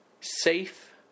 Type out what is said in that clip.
safe